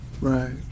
Right